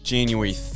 January